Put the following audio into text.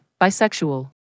bisexual